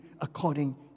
according